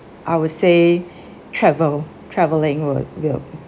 I would say travel travelling would will